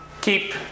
keep